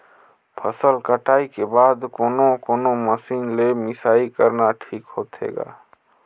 फसल कटाई के बाद कोने कोने मशीन ले मिसाई करना ठीक होथे ग?